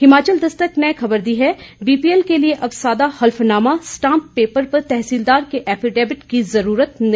हिमाचल दस्तक ने खबर दी है बीपीएल के लिए अब सादा हल्फनामा स्टांप पेपर पर तहसीलदार के एफिडेविट की जरूरत नहीं